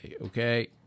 okay